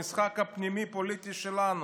במשחק הפוליטי הפנימי שלנו.